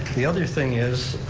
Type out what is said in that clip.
the other thing is,